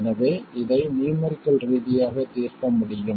எனவே இதை நியூமெரிக்கல் ரீதியாக தீர்க்க முடியும்